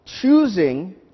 Choosing